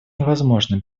невозможно